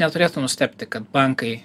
neturėtų nustebti kad bankai